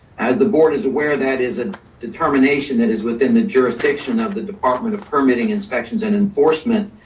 as the board is aware, that is a determination that is within the jurisdiction of the department of permitting inspections and enforcement.